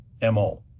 MO